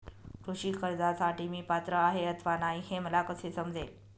कृषी कर्जासाठी मी पात्र आहे अथवा नाही, हे मला कसे समजेल?